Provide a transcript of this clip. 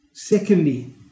Secondly